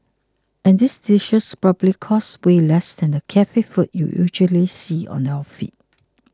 and these dishes probably cost way less than the cafe food you usually see on your feed